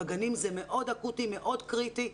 בגנים זה מאוד אקוטי, מאוד קריטי.